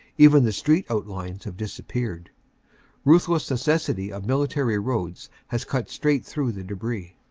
even the street outlines have disappeared ruthless necessity of military roads has cut straight through the debris.